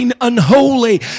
unholy